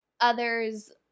others